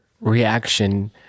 reaction